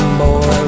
boy